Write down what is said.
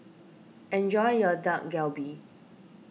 enjoy your Dak Galbi